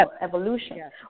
evolution